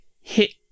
hit